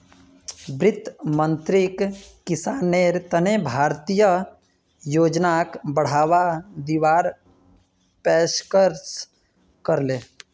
वित्त मंत्रीक किसानेर तने भारतीय योजनाक बढ़ावा दीवार पेशकस करले